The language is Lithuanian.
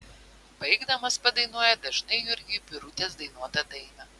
baigdamas padainuoja dažnai jurgiui birutės dainuotą dainą